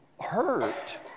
hurt